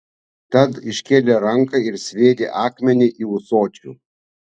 tad iškėlė ranką ir sviedė akmenį į ūsočių